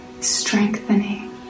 strengthening